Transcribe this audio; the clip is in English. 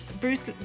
bruce